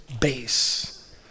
base